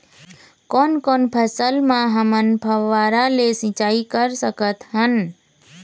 कोन कोन फसल म हमन फव्वारा ले सिचाई कर सकत हन?